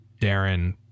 darren